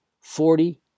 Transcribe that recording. forty